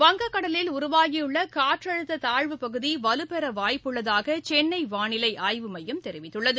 வங்கக்கடலில் உருவாகியுள்ள காற்றழுத்த தாழ்வுப்பகுதி வலுப்பெற வாய்ப்புள்ளதாக சென்னை வானிலை ஆய்வு மையம் தெரிவித்துள்ளது